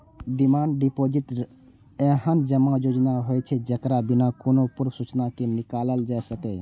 demand deposit एहन जमा योजना होइ छै, जेकरा बिना कोनो पूर्व सूचना के निकालल जा सकैए